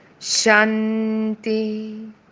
shanti